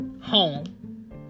home